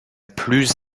plus